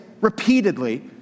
repeatedly